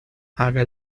haga